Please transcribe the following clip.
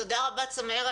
תודה רבה, צמרת.